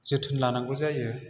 जोथोन लानांगौ जायो